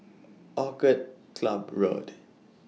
Orchid Club Road